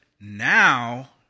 now